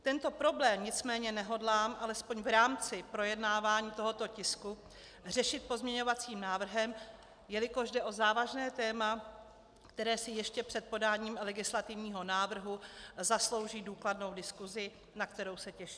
Tento problém nicméně nehodlám alespoň v rámci projednávání tohoto tisku řešit pozměňovacím návrhem, jelikož jde o závažné téma, které si ještě před podáním legislativního návrhu zaslouží důkladnou diskusi, na kterou se těším.